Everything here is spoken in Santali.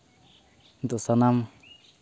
ᱠᱤᱱᱛᱩ ᱥᱟᱱᱟᱢ